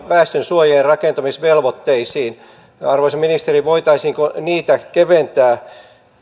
väestönsuojien rakentamisvelvoitteisiin arvoisa ministeri voitaisiinko niitä keventää